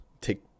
take